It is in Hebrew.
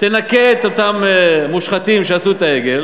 תנקה את אותם מושחתים שעשו את העגל